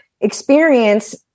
experience